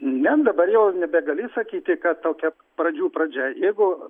ne dabar jau nebegali sakyti kad tokia pradžių pradžia jeigu